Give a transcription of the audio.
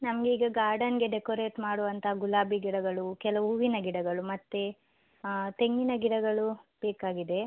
ನಮಗೀಗ ಗಾರ್ಡನ್ಗೆ ಡೆಕೋರೇಟ್ ಮಾಡುವಂಥ ಗುಲಾಬಿ ಗಿಡಗಳು ಕೆಲವು ಹೂವಿನ ಗಿಡಗಳು ಮತ್ತು ತೆಂಗಿನ ಗಿಡಗಳು ಬೇಕಾಗಿದೆ